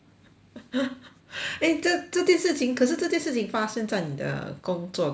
eh 这这件事情可是这件事情发生在你的工作岗位吗